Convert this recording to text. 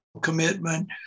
commitment